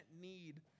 need